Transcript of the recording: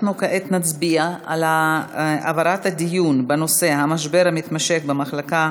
כעת נצביע על העברת הדיון בנושא: המשבר המתמשך במחלקה